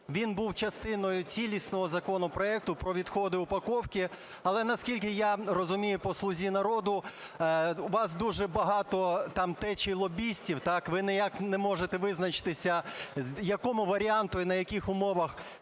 він був частиною цілісного законопроекту про відходи упаковки. Але наскільки я розумію по "Слузі народу", у вас дуже багато там течій лобістів, так, ви ніяк не можете визначитися, якому варіанту і на яких умовах